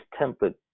template